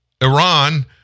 Iran